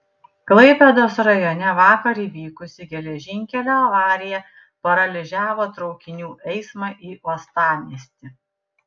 klaipėdos rajone vakar įvykusi geležinkelio avarija paralyžiavo traukinių eismą į uostamiestį